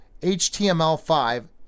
HTML5